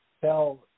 tell